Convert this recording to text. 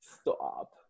Stop